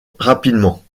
rapidement